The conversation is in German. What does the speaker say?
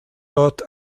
dort